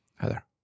Heather